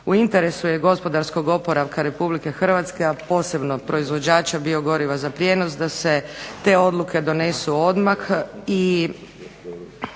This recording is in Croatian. U interesu je gospodarskog oporavka RH a posebno proizvođača bigoriva za prijevoz da se te odluke donesu odmah